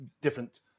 different